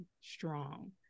strong